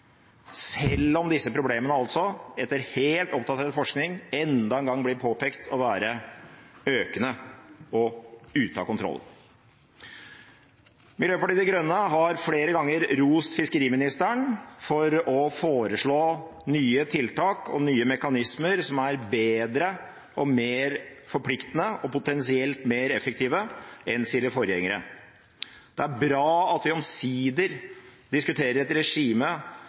selv om disse problemene altså etter helt oppdatert forskning enda en gang blir påpekt å være økende og ute av kontroll. Miljøpartiet De Grønne har flere ganger rost fiskeriministeren for å foreslå nye tiltak og nye mekanismer som er bedre og mer forpliktende og potensielt mer effektive enn sine forgjengere. Det er bra at vi omsider diskuterer et regime